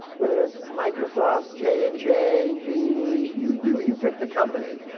whether it's microsoft, j and j, gee, you, you, you pick the company.